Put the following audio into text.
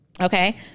Okay